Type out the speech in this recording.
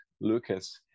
Lucas